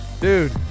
Dude